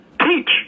teach